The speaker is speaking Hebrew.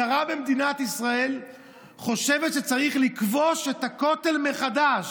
שרה במדינת ישראל חושבת שצריך לכבוש את הכותל מחדש.